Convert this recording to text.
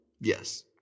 Yes